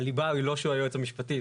הליבה היא לא שהוא היועץ המשפטי.